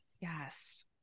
yes